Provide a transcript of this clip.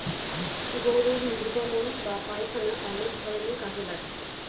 গরুর নির্গমন বা পায়খানা অনেক ধরনের কাজে লাগে